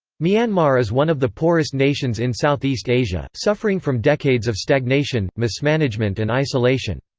myanmar is one of the poorest nations in southeast asia, suffering from decades of stagnation, mismanagement and isolation.